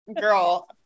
Girl